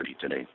today